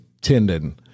tendon